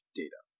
data